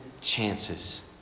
chances